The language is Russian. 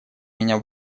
меня